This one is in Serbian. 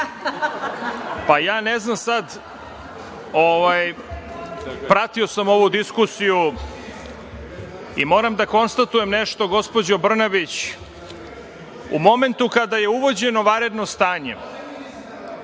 Sram vas bilo!)Pratio sam ovu diskusiju i moram da konstatujem nešto. Gospođo Brnabić, u momentu kada je uvođeno vanredno stanje,